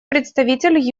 представитель